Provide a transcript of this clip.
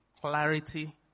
clarity